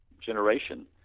generation